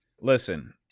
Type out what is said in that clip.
Listen